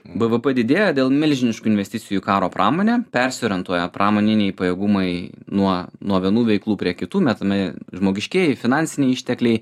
bvp didėja dėl milžiniškų investicijų karo pramonę persiorientuoja pramoniniai pajėgumai nuo nuo vienų veiklų prie kitų metami žmogiškieji finansiniai ištekliai